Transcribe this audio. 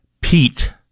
Pete